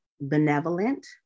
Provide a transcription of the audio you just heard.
benevolent